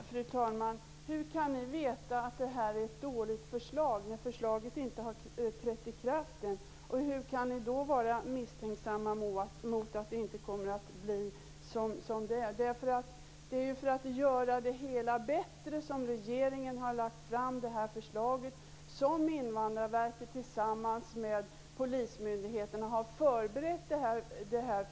Fru talman! Hur kan ni veta att det är ett dåligt förslag när det inte har trätt i kraft än? Hur kan ni då vara misstänksamma och tro att det inte kommer att bli som det var avsett? Det är ju för att göra situationen bättre som regeringen har lagt fram detta förslag, som Invandrarverket tillsammans med polismyndigheterna har förberett.